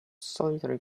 solitary